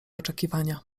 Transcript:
oczekiwania